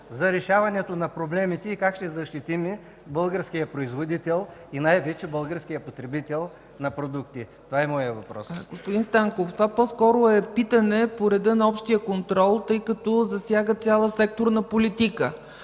за решаването на проблемите и как ще защитим българския производител и най-вече българския производител на продукти? Това е моят въпрос. ПРЕДСЕДАТЕЛ ЦЕЦКА ЦАЧЕВА: Господин Станков, това по-скоро е питане по реда на общия контрол, тъй като засяга цяла секторна политика.